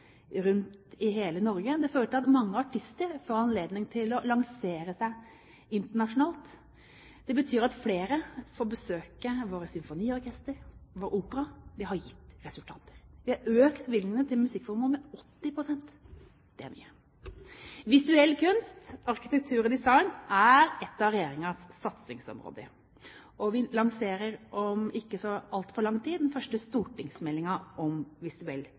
rundt om i hele Norge. Det fører til at mange artister får anledning til å lansere seg internasjonalt. Det betyr at flere får besøke våre symfoniorkestre og vår opera. Det har gitt resultater. Vi har økt bevilgningene til musikkformål med 80 pst. Det er mye. Visuell kunst – arkitektur og design – er et av regjeringens satsingsområder, og vi lanserer om ikke så altfor lang tid den første stortingsmeldingen om